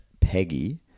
Peggy